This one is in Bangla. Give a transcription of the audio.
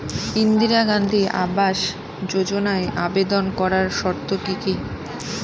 ইন্দিরা গান্ধী আবাস যোজনায় আবেদন করার শর্ত কি কি?